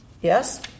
Yes